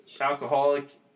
alcoholic